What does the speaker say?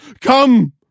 Come